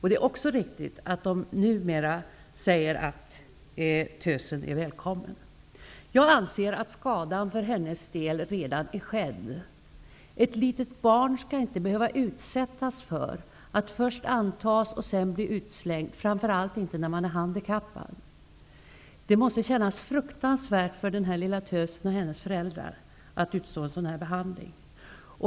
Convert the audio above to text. Det är också riktigt att skolan numera säger att tösen är välkommen. Jag anser att skadan för hennes del redan är skedd. Ett litet barn skall inte behöva utsättas för att först antas och sedan bli utslängd, framför allt inte när man är handikappad. Det måste kännas fruktansvärt för den här lilla tösen och hennes föräldrar att utstå en sådan behandling.